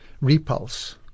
Repulse